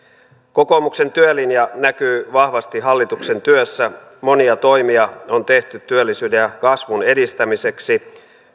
kokoomuksen työlinja näkyy vahvasti hallituksen työssä monia toimia on tehty työllisyyden ja kasvun edistämiseksi